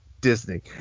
Disney